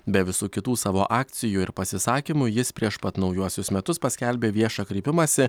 be visų kitų savo akcijų ir pasisakymų jis prieš pat naujuosius metus paskelbė viešą kreipimąsi